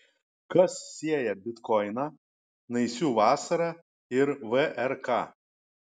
kas sieja bitkoiną naisių vasarą ir vrk